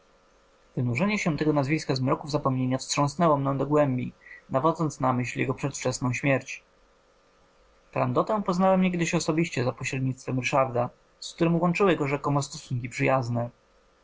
wynurzenie się tego nazwiska z mroków zapomnienia wstrząsnęło mną do głębi nawodząc na myśl jego przedwczesną śmierć prandotę poznałem niegdyś osobiście za pośrednictwem ryszarda z którym łączyły go rzekomo stosunki przyjazne